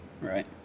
right